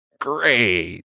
Great